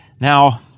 Now